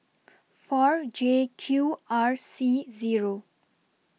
four J Q R C Zero